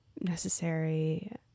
necessary